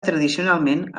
tradicionalment